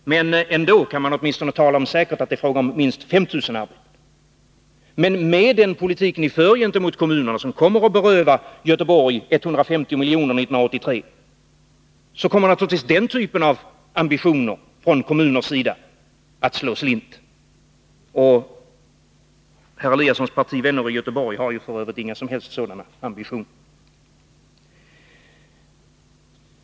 Men säkert är det ändå fråga om minst 5 000 arbeten. Med den politik ni för gentemot kommunerna-— en politik som berövar Göteborg 150 milj.kr. 1983—- kommer den typen av ambitioner från kommuners sida att slå slint. Och herr Eliassons partivänner i Göteborg har f. ö. inga som helst sådana ambitioner.